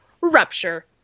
Rupture